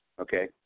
Okay